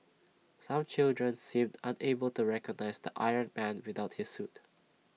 some children seemed unable to recognise the iron man without his suit